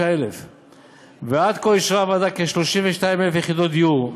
25,000. עד כה אישרה הוועדה כ-32,000 יחידות דיור.